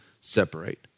separate